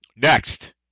Next